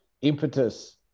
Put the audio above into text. impetus